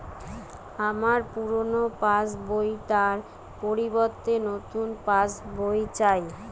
আমার পুরানো পাশ বই টার পরিবর্তে নতুন পাশ বই চাই